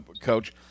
Coach